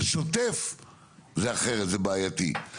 בשוטף זה אחרת זה בעייתי.